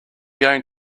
going